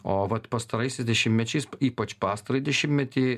o vat pastaraisiais dešimtmečiais ypač pastarąjį dešimtmetį